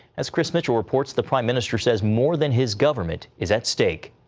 as chris mitchell reports, the prime minister says more than his government is at stake.